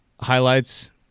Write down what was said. highlights